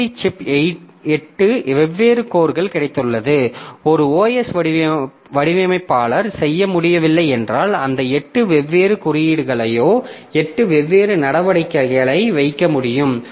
செயலி சிப் 8 வெவ்வேறு கோர்கள் கிடைத்தது ஒரு OS வடிவமைப்பாளர் செய்ய முடியவில்லை என்றால் அந்த 8 வெவ்வேறு குறியீடுகளையோ 8 வெவ்வேறு நடவடிக்கைகளை வைக்க முடியும்